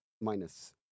minus